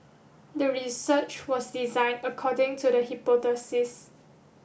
the research was designed according to the hypothesis